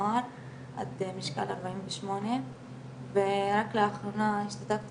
לנוער עד משקל 48 ורק לאחרונה השתתפתי